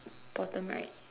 bottom right